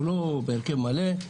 הוא לא בהרכב מלא.